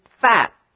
fat